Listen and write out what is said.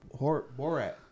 Borat